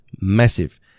massive